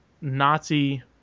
Nazi